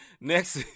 Next